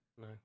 No